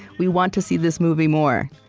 we want to see this movie more.